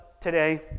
today